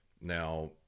Now